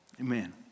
Amen